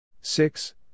Six